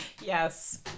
Yes